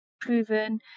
proven